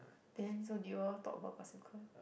then so do you all talk about classical